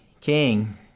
king